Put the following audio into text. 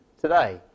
today